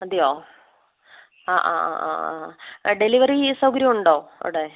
അതെയോ ആ ആ ആ ആ ആ ഡെലിവറി സൗകര്യം ഉണ്ടോ അവിടെ